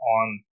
on